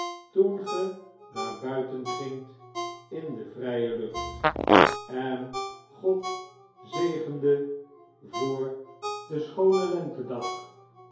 toen gij naar buiten gingt in de vrye lucht en god zegendet voor den schoonen lentedag